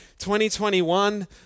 2021